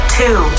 two